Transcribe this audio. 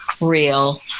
real